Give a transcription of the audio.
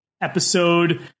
episode